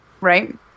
right